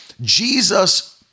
Jesus